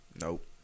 Nope